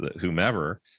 whomever